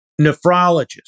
nephrologist